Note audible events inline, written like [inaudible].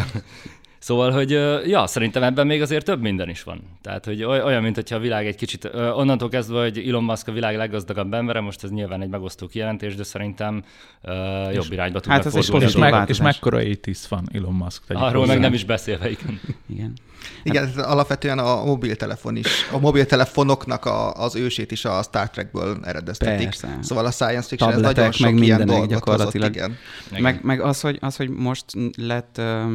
Szóval, hogy, ö, ja, szerintem ebben még azért több minden is van. Tehát, hogy oly- olyan, mint hogyha a világ egy kicsit, ö, onnantól kezdve, hogy Elon Musk a világ leggazdagabb embere, most ez nyilván egy megosztó kijelentés, de szerintem, ö, jobb És- irányba tudnak hát ez is fordulni a pozitív dolgok. változás. És mekkora 80s fan Elon Musk, tegyük Arról meg hozzá. nem is beszélve, igen. Igen. Igen, Hát- ez alapvetően a mobiltelefon is- [laughs] a mobiltelefonoknak a- az ősét is a Star Trekből eredeztetik. Persze. Szóval a science fiction, ez Tabletek, nagyon meg sok ilyen mindenek dolgot hozott, gyakorlatilag. igen. Meg- Igen. meg az, hogy- az, hogy most lett, ö,